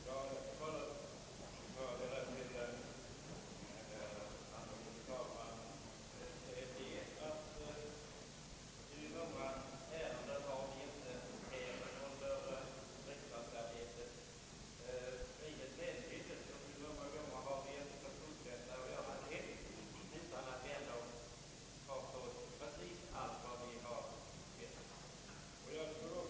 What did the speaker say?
Herr talman! Det vågar jag inte ha någon speciell mening om. I detta fall torde man ändå kunna säga att det är ett sakligt berättigat ståndpunktstagande här av avdelningen.